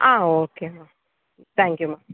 ஆ ஓகேம்மா தேங்க்யூம்மா